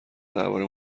درباره